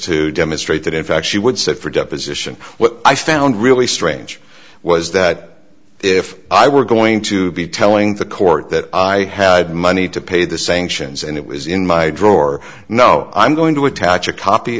to demonstrate that in fact she would sit for deposition what i found really strange was that if i were going to be telling the court that i had money to pay the sanctions and it was in my drawer now i'm going to attach a copy